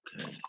Okay